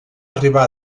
arribar